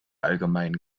allgemeinen